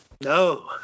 No